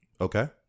Okay